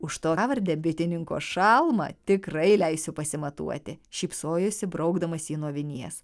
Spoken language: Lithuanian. už tą pravardę bitininko šalmą tikrai leisiu pasimatuoti šypsojosi braukdamas jį nuo vinies